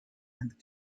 and